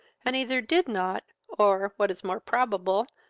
and either did not, or, what is more probable,